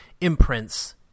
imprints